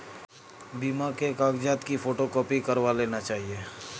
बीमा के कागजात की फोटोकॉपी करवा लेनी चाहिए